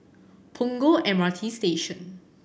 Punggol M R T Station